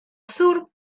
sur